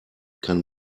kann